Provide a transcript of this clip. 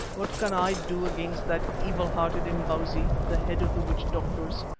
what can i do against that evil-hearted imbozwi, the head of the witch-doctors,